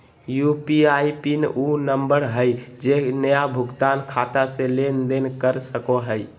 UPI PIN उ number हइ जे नया भुगतान खाता से लेन देन कर सको हइ